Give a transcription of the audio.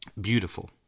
beautiful